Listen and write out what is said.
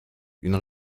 une